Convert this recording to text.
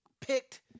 picked